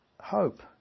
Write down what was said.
hope